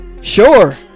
Sure